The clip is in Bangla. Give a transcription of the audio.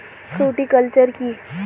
ফ্রুটিকালচার কী?